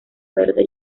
verde